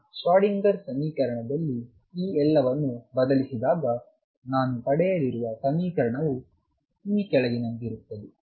ನಾನು ಶ್ರೋಡಿಂಗರ್ ಸಮೀಕರಣದಲ್ಲಿ ಈ ಎಲ್ಲವನ್ನು ಬದಲಿಸಿದಾಗ ನಾನು ಪಡೆಯಲಿರುವ ಸಮೀಕರಣವು ಈ ಕೆಳಗಿನಂತಿರುತ್ತದೆ